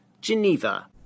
Geneva